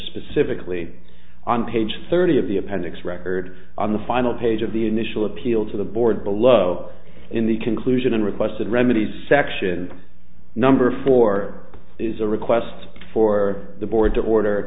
specifically on page thirty of the appendix record on the final page of the initial appeal to the board below in the conclusion and requested remedies section number four is a request for the board to order